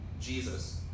Jesus